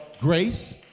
grace